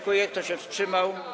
Kto się wstrzymał?